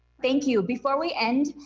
thank you. before we end,